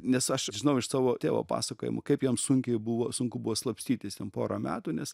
nes aš žinau iš savo tėvo pasakojimų kaip jam sunkiai buvo sunku buvo slapstytis ten porą metų nes